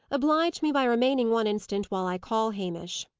oblige me by remaining one instant, while i call hamish.